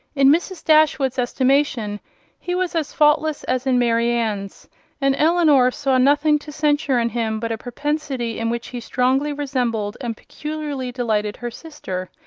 in mrs. dashwood's estimation he was as faultless as in marianne's and elinor saw nothing to censure in him but a propensity, in which he strongly resembled and peculiarly delighted her sister,